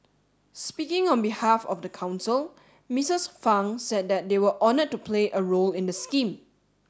speaking on behalf of the council Mrs Fang said that they were honoured to play a role in the scheme